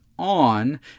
on